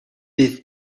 bydd